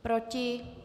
Proti?